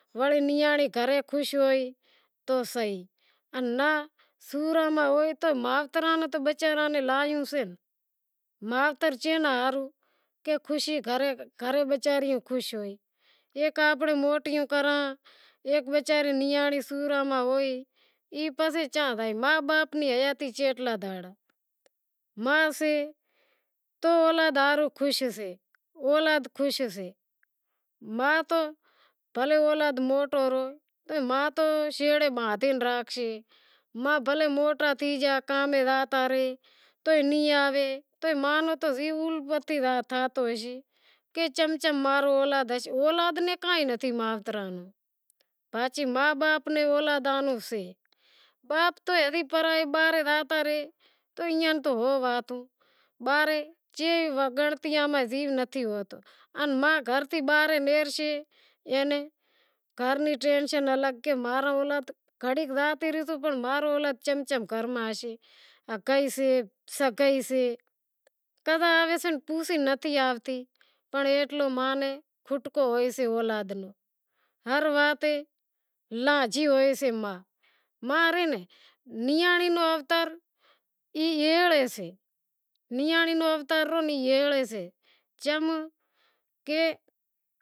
وڑی نیانڑی گھرے خوش ہوئی تو صحیح زے سوراں نی ہوئی تو مائتراں وچاراں ناں تو لایوں سے مائتر چے ناں ہاروں، کہ گھرے وچاریوں خوش ہوئیں، ہیک وچاریوں امیں موٹیوں کراں ایک وچاریوں نیانڑی سوراں ری ہوئے پسے ای چاں زائے ما باپ حیاتی کیتلا دہاڑا ما سے تو اولاد ہاروں خوش سے، اولاد خوش سے ما تو بھلیں اولاد موٹو رو تو ئے ما تو شیڑے ماتھے ہاتھ راکھشے اولاد موٹو تھے گیو زے او نیں آوے تو ئے ما تو سے چم چم ما رو اولاد سے، اولاد نے کائیں نتھی مائتراں نو باقی ما باپ نیں اولاد نو سے۔ اپ بھی باہر زاتا رہے تو گنڑنتیاں میں زیو نتھی ہوتو ان ماں گھر سیں باہر نشہرسے تو ما رو ٹینشن الگ، قضا آوے سے پوسے نتھی آوتی پنڑ ما نیں کھوٹکو ہوئیسے۔ ما نیں نیانڑی نو اوتار ایہڑے سے چم کہ